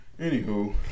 Anywho